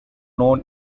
known